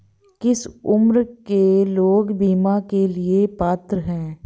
किस उम्र के लोग बीमा के लिए पात्र हैं?